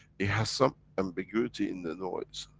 it has some ambiguity in the noise.